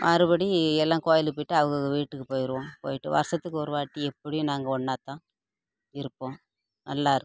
மறுபடி எல்லாம் கோவிலுக்கு போயிட்டு அவகவுக வீட்டுக்கு போயிடுவோம் போயிட்டு வருடத்துக்கு ஒருவாட்டி எப்படியும் நாங்கள் ஒன்னாத்தான் இருப்போம் நல்லாயிருக்கும்